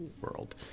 world